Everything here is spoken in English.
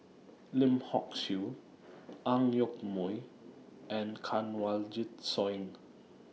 Lim Hock Siew Ang Yoke Mooi and Kanwaljit Soin